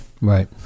right